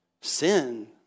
Sin